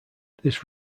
this